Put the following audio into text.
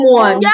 one